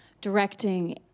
directing